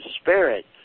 spirit